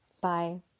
Bye